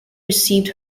received